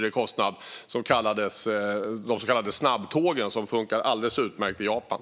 Det handlade om de så kallade snabbtågen, som fungerar alldeles utmärkt i Japan.